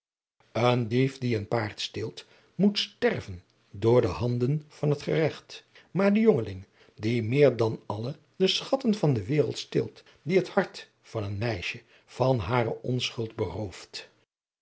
een dief die een paard steelt moet sterven door de handen van het geregt maar de jongeling die meer dan alle de schatten van de wereld steelt die het hart van een meisje van hare onschuld berooft